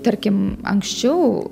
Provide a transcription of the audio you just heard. tarkim anksčiau